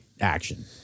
action